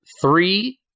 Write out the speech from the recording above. three